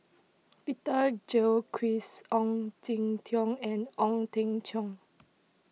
Peter Gilchrist Ong Jin Teong and Ong Teng Cheong